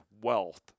wealth